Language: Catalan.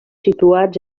situats